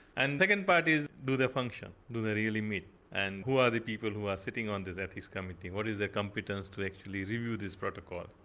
and the second part is, do they function, do they really meet and who are the people who are sitting on these ethics committees, what is their competence to actually review this protocol?